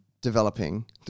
developing